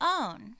own